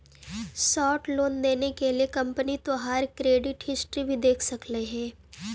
short loan देने के लिए कंपनी तोहार क्रेडिट क्रेडिट हिस्ट्री भी देख सकलउ हे